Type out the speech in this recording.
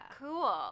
cool